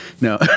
No